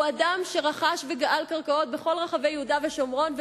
הוא אדם שרכש וגאל קרקעות בכל רחבי יהודה ושומרון,